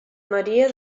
maria